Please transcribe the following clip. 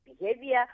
behavior